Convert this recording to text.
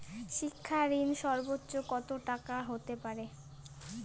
শিক্ষা ঋণ সর্বোচ্চ কত টাকার হতে পারে?